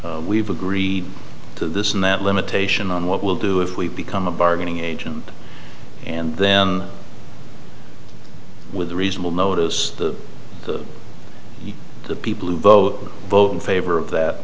company we've agreed to this and that limitation on what we'll do if we become a bargaining agent and then with a reasonable notice the people who vote vote in favor of that